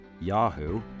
Yahoo